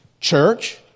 Church